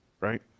right